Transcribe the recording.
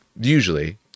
usually